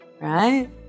right